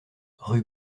rue